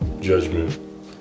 judgment